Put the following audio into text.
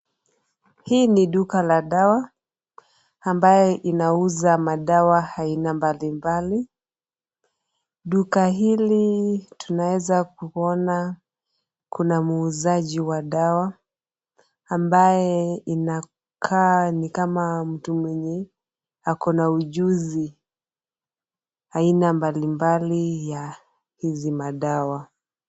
Hii ni duka la dawa, ambayo inauza madawa aina mbalimbali. Duka hili tunaeza kuona kuna muuzaji wa dawa, ambaye inakaa ni kama mtu mwenye ako na ujuzi, aina mbalimbali ya hizi madawa.